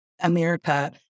America